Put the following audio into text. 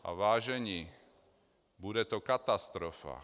A vážení, bude to katastrofa!